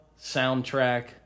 soundtrack